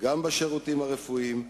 גם בשירותים הרפואיים,